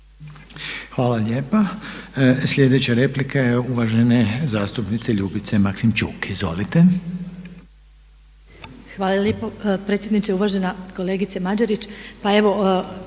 Hvala lijepa. Sljedeća replika je uvažene zastupnice Ljubice Maksimčuk. Izvolite. **Maksimčuk, Ljubica (HDZ)** Hvala lijepo predsjedniče. Uvažena kolegica Mađerić,